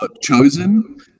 chosen